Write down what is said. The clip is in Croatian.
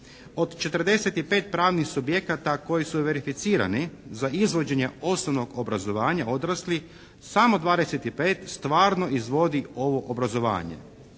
od 45 pravnih subjekata koji su verificirani za izvođenje osnovnog obrazovanja odraslih samo 25 stvarno izvodi ovo obrazovanje.